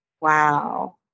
Wow